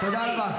--- תודה רבה.